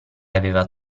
aveva